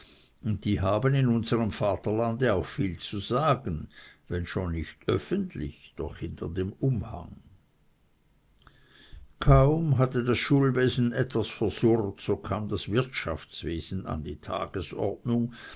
und die haben in unserm vaterlande auch viel zu sagen wenn schon nicht öffentlich doch hinter dem umhang kaum hatte das schulwesen etwas versurrt so kam das wirtschaftswesen an die tagesordnung